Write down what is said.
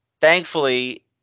thankfully